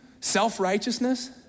Self-righteousness